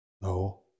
No